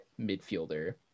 midfielder